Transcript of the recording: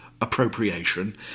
appropriation